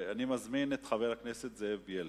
אני מזמין את חבר הכנסת זאב בילסקי.